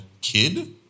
kid